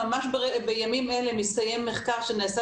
ממש בימים אלה מסתיים מחקר שנעשה